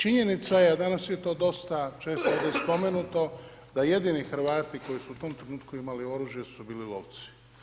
Činjenica je a danas je to dosta često ovdje spomenuto da jedini Hrvati koji su u tome trenutku imali oružje su bili lovci.